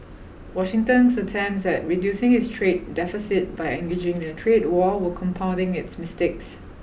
Washington's attempts at reducing its trade deficit by engaging in a trade war were compounding its mistakes